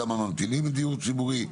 כמה ממתינים לדיור הציבורי,